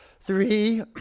three